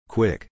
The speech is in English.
Quick